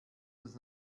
uns